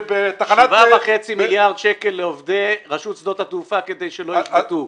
7.5 מיליארד שקלים לעובדי רשות שדות התעופה כדי שלא ישבתו.